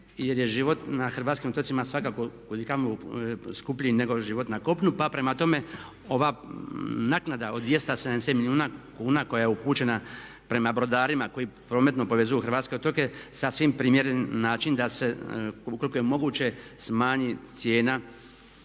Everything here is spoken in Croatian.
jer je život na hrvatskim otocima svakako kud i kamo skuplji nego život na kopunu. Pa prema tome ova naknada od 270 milijuna kuna koja je upućena prema brodarima koji prometno povezuju hrvatske otoke sasvim primjeren način da se ukoliko je moguće smanji cijena